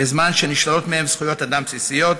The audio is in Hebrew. בזמן שנשללות מהן זכויות אדם בסיסיות,